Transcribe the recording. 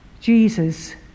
Jesus